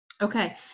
Okay